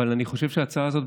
אבל אני חושב שההצעה הזאת,